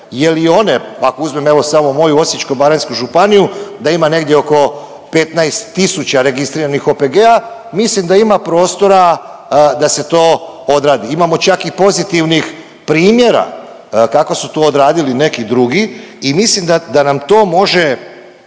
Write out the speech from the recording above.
jer i one, ako uzmem, evo, samo moju Osječko-baranjsku županiju, da ima negdje oko 15 tisuća registriranih OPG-a, mislim da ima prostora da se to odradi. Imamo čak i pozitivnih primjera kako su to odradili neki drugi i mislim da nam to može,